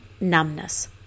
numbness